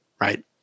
Right